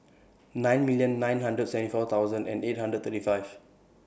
nine million nine hundred and seventy four thousand eight hundred and thirty five